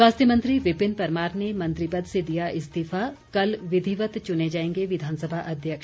स्वास्थ्य मंत्री विपिन परमार ने मंत्री पद से दिया इस्तीफा कल विधिवत चुने जाएंगे विधानसभा अध्यक्ष